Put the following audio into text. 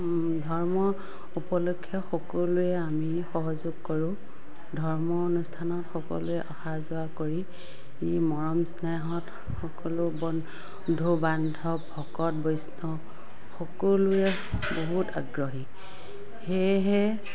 ধৰ্ম উপলক্ষ্যে সকলোৱে আমি সহযোগ কৰোঁ ধৰ্ম অনুষ্ঠানত সকলোৱে অহা যোৱা কৰি মৰম স্নেহত সকলো বন্ধু বান্ধৱ ভকত বৈষ্ণৱ সকলোৱে বহুত আগ্ৰহী সেয়েহে